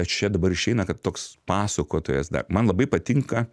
aš čia dabar išeina kad toks pasakotojas dar man labai patinka